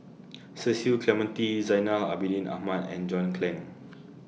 Cecil Clementi Zainal Abidin Ahmad and John Clang